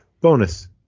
bonus